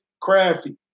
crafty